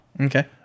Okay